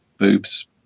boobs